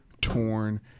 torn